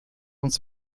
uns